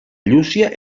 llúcia